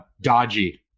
dodgy